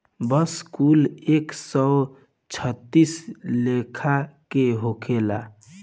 बांस कुल एक सौ छत्तीस लेखा के होखेला